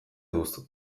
duzu